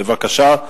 בבקשה,